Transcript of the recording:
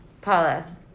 Paula